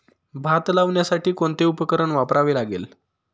भात लावण्यासाठी कोणते उपकरण वापरावे लागेल?